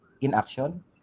inaction